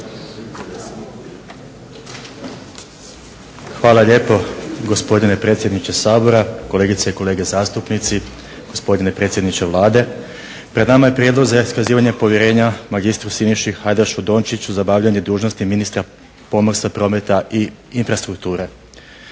Hvala lijepo gospodine predsjedniče Sabora, kolegice i kolege zastupnici, gospodine predsjedniče Vlade. Pred nama je prijedlog za iskazivanje povjerenja magistru Siniši Hajdašu Dončiću za obavljanje dužnosti ministra pomorstva, prometa i infrastrukture.